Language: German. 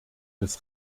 des